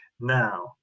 Now